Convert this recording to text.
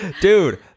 dude